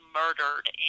murdered